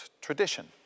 tradition